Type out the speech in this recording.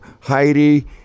Heidi